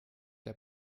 der